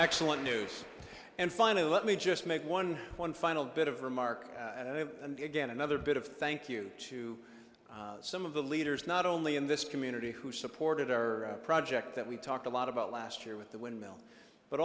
excellent news and finally let me just make one one final bit of remark and again another bit of thank you to some of the leaders not only in this community who supported our project that we talked a lot about last year with the windmill but